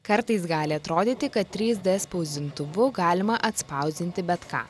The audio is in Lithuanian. kartais gali atrodyti kad trys d spausdintuvu galima atspausdinti bet ką